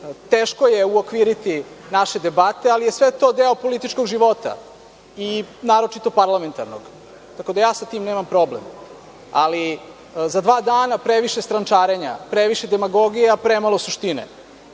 Teško je uokviriti naše debate, ali je sve to deo političkog života, naročito parlamentarnog. Tako da ja sa tim nemam problem.Za dva dana previše strančarenja, previše demagogije, a premalo suštine.